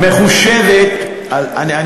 לא, לא, חשובה מאוד.